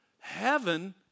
heaven